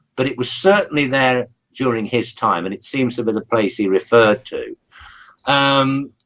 but it was certainly there during his time and it seems to be the place he referred to um